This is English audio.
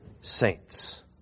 saints